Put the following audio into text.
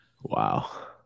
wow